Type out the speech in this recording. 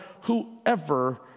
whoever